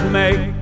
make